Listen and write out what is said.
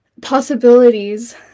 possibilities